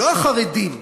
לא החרדים,